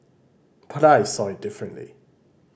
but I saw it differently